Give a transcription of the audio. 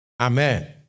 Amen